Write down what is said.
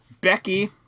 Becky